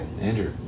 Andrew